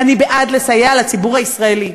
אני בעד לסייע לציבור הישראלי.